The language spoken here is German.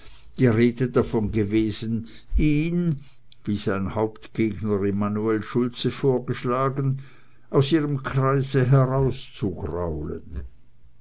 die rede davon gewesen ihn wie sein hauptgegner immanuel schultze vorgeschlagen aus ihrem kreise